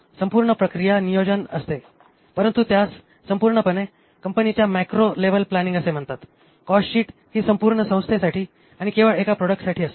संपूर्ण प्रक्रिया नियोजन असते परंतु त्यास संपूर्णपणे कंपनीच्या मॅक्रो लेवल प्लानिंग असे म्हणतात कॉस्टशीट ही संपूर्ण संस्थेसाठी आणि केवळ एका प्रॉडक्टसाठी असते